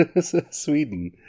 Sweden